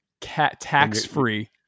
Tax-free